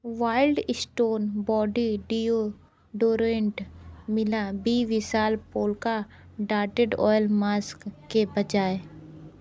wild stone body deodorant मिला बी Vishal polka dotted oil mask के बजाय